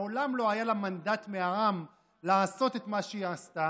מעולם לא היה לה מנדט מהעם לעשות את מה שהיא עשתה,